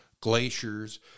glaciers